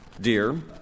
dear